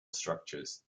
structures